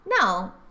No